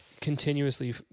continuously